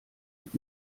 mit